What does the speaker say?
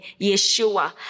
Yeshua